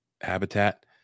habitat